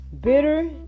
bitter